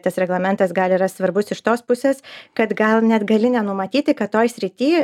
tas reglamentas gal yra svarbus iš tos pusės kad gal net gali nenumatyti kad toj srity